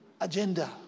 agenda